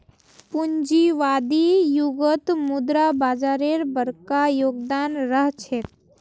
पूंजीवादी युगत मुद्रा बाजारेर बरका योगदान रह छेक